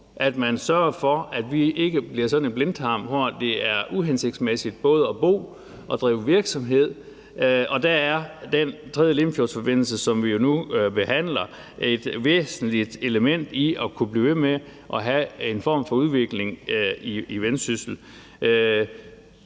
at man sørger for, at vi ikke bliver sådan en blindtarm, hvor det er uhensigtsmæssigt både at bo og drive virksomhed. Og der er den tredje Limfjordsforbindelse, som vi jo nu behandler, et væsentligt element i at kunne blive ved med at have en form for udvikling i Vendsyssel.